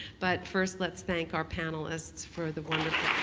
but first let's thank our panelists for the wonderful